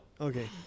Okay